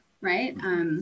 right